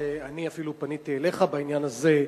שאני אפילו פניתי אליך בעניין הזה.